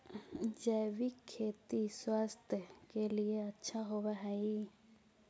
जैविक खेती स्वास्थ्य के लिए अच्छा होवऽ हई